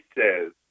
says